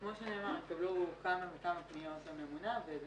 כמו שנאמר, התקבלו כמה וכמה פניות לממונה.